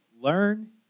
learn